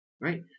right